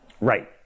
Right